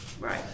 Right